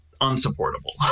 unsupportable